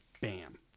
bam